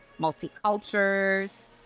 multicultures